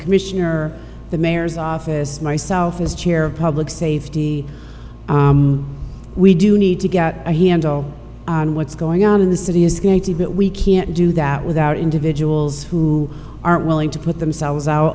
commissioner the mayor's office myself as chair of public safety we do need to get a handle on what's going on in the city is going to but we can't do that without individuals who aren't willing to put themselves out